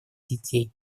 детей